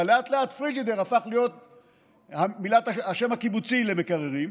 אבל לאט-לאט פריג'ידר הפך להיות השם הקיבוצי למקררים.